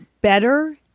better